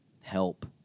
help